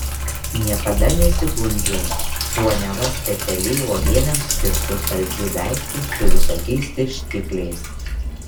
niekada nesigundžiau tuo neva specialiai uogienėms skirtu saldžiu daiktu su visokiais tirštikliais